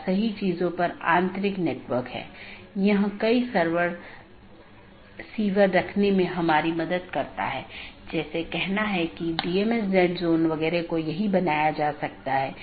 इसलिए यदि यह बिना मान्यता प्राप्त वैकल्पिक विशेषता सकर्मक विशेषता है इसका मतलब है यह बिना किसी विश्लेषण के सहकर्मी को प्रेषित किया जा रहा है